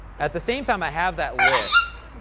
at the same time i have that list,